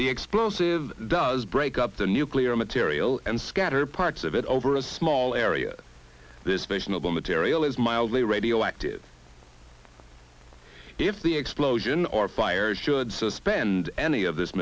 the explosive does break up the nuclear material and scatter parts of it over a small area this patient obama terril is mildly radioactive if the explosion or fire should suspend any of this